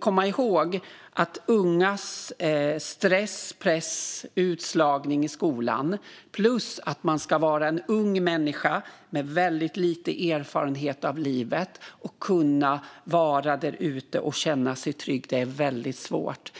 komma ihåg att ungas stress, press och utslagning i skolan plus detta att man ska vara en ung människa med väldigt lite erfarenhet av livet och kunna vara där ute och känna sig trygg är väldigt svårt.